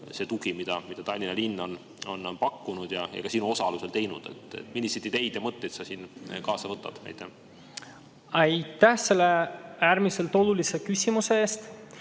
muu tugi, mida Tallinna linn on pakkunud, ka sinu osalusel – milliseid ideid ja mõtteid sa sealt kaasa võtad? Aitäh selle äärmiselt olulise küsimuse eest!